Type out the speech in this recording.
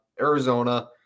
Arizona